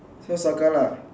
so circle lah